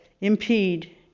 impede